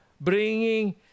bringing